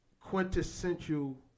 quintessential